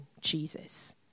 jesus